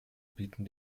bieten